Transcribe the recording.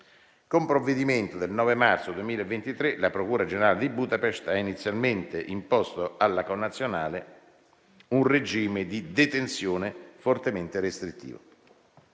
Con provvedimento del 9 marzo 2023, la procura generale di Budapest ha inizialmente imposto alla connazionale un regime di detenzione fortemente restrittivo.